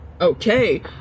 Okay